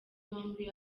yombi